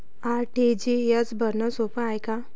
RTGS भरनं सोप हाय का?